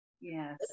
Yes